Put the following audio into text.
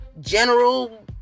general